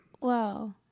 Wow